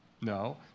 No